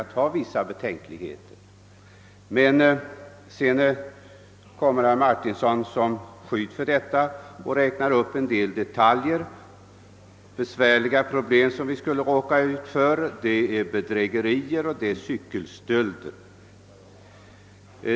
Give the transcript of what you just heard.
Som skäl för sina betänkligheter räknar herr Martinsson sedan upp en del besvärliga problem som vi skulle råka ut för: bedrägerier och cykelstölder.